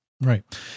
Right